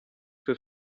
für